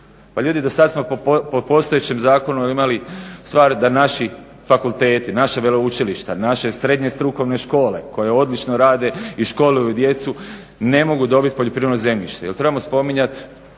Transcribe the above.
ljudi do sada smo po postojećem zakonu imali stvar da naši fakulteti, naša veleučilišta, naše srednje strukovne škole koje odlično rade i školuju djecu ne mogu dobiti poljoprivredno zemljište.